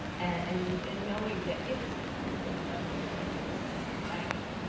and and knowing that if it's uncomfortable you're probably doing something right,